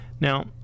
Now